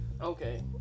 Okay